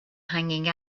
hanging